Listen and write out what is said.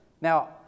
Now